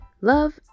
love